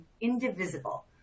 indivisible